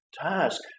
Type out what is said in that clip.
task